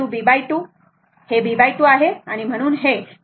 हे b2 आहे म्हणून हे 2 π n r आहे बरोबर